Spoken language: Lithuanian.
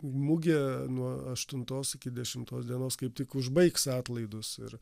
mugė nuo aštuntos iki dešimtos dienos kaip tik užbaigs atlaidus ir